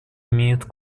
имеет